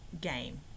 game